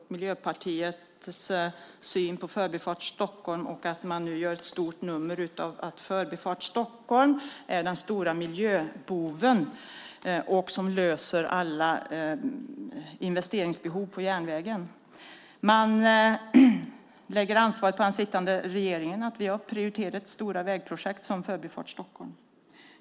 Fru talman! Den här debatten har trots allt präglats av Karin Svensson Smiths och Miljöpartiets syn på Förbifart Stockholm. Man gör nu ett stort nummer av att det är den stora miljöboven. Man talar om att lösa alla investeringsbehov på järnvägen. Man lägger ansvaret på den sittande regeringen för att vi skulle ha prioriterat stora vägprojekt som Förbifart Stockholm.